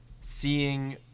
seeing